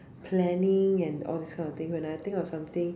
planning and all this kind of things when I think of something